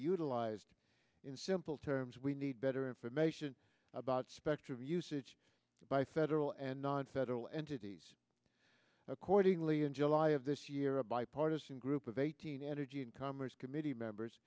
utilized in simple terms we need better information about specter of usage by federal and nonfederal entities accordingly in july of this year a bipartisan group of eighteen energy and commerce committee members